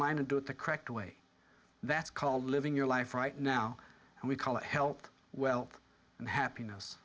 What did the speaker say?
line to do it the correct way that's called living your life right now and we call it health wealth and happiness